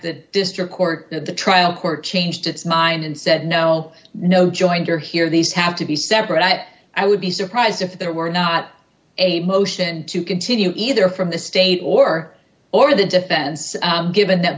the district court the trial court changed its mind and said no no jointer here these have to be separate i would be surprised if there were not a motion to continue either from the state or or the defense given th